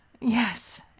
Yes